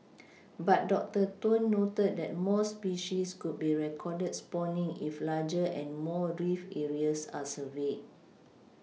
but doctor Tun noted that more species could be recorded spawning if larger and more reef areas are surveyed